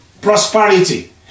prosperity